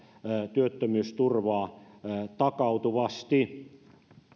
työttömyysturvaa takautuvasti